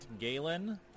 Galen